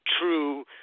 true